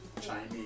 Chinese